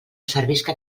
servisca